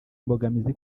imbogamizi